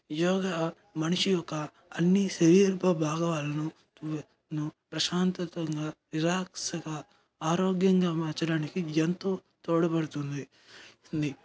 యోగా మనిషి యొక్క అన్నీ శరీర భాగాలను తుఏ ను ప్రశాంతతంగా రిలాక్స్గా ఆరోగ్యంగా మార్చడానికి ఎంతో తోడపడుతుంది